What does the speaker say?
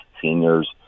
seniors